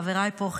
חבריי פה,